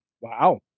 Wow